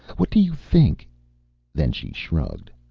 what do you think then she shrugged.